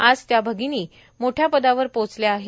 आज त्या भगिनी मोठ्या पदावर पोहोचल्या आहेत